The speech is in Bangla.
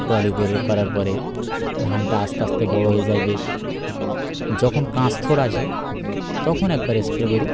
খোয়ালি করে করার পরে ধানটা আস্তে আস্তে বড়ো হয়ে যায় বেশ যখন কাঁচথোড় আসে তখন একবার স্প্রে করি